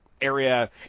area